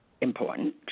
important